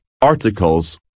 articles